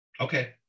okay